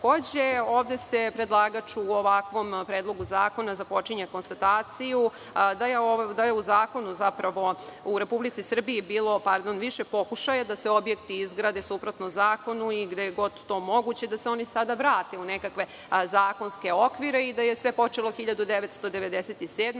ovde predlagač u ovakvom predlogu zakona započinje konstataciju da je u Republici Srbiji bilo više pokušaju da se objekti izgrade suprotno zakoni i gde je god to moguće da se oni sada vrate u nekakve zakonske okvire i da je sve počelo 1997.